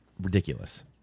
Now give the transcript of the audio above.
Ridiculous